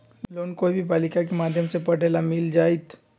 Loan कोई भी बालिका के माध्यम से पढे ला मिल जायत?